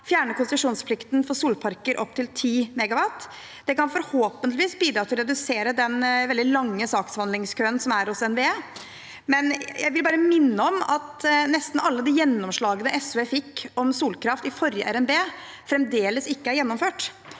fjerne konsesjonsplikten for solparker på opptil 10 MW. Det kan forhåpentligvis bidra til å redusere den veldig lange saksbehandlingskøen hos NVE, men jeg vil bare minne om at nesten alle de gjennomslagene SV fikk om solkraft i forrige RNB, fremdeles ikke er gjennomført.